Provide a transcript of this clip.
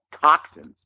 toxins